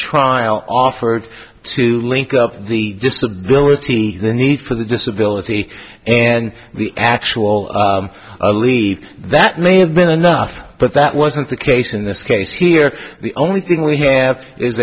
trial offered to link up the disability the need for the disability and the actual aleve that may have been enough but that wasn't the case in this case here the only thing we have i